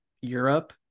europe